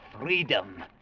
freedom